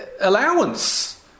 allowance